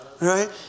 Right